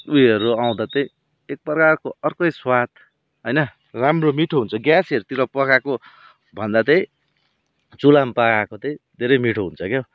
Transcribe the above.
उयोहरू आउँदा चाहिँ एकप्रकारको अर्कै स्वाद होइन राम्रो मिठो हुन्छ ग्यासहरूतिर पकाएको भन्दा चाहिँ चुल्हामा पकाएको चाहिँ धेरै मिठो हुन्छ क्याउ